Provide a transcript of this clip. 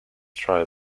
troy